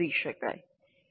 શું કરી શકાય